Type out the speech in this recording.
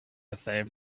save